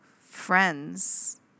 friends